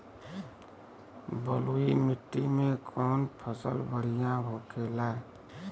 बलुई मिट्टी में कौन फसल बढ़ियां होखे ला?